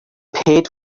paid